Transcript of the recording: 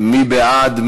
מי בעד?